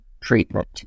treatment